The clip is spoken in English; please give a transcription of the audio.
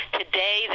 today